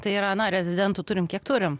tai yra na rezidentų turim kiek turim